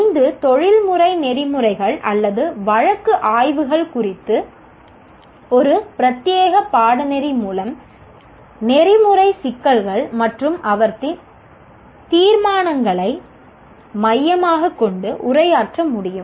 PO5 தொழில்முறை நெறிமுறைகள் அல்லது வழக்கு ஆய்வுகள் குறித்த ஒரு பிரத்யேக பாடநெறி மூலம் நெறிமுறை சிக்கல்கள் மற்றும் அவற்றின் தீர்மானங்களை மையமாகக் கொண்டு உரையாற்ற முடியும்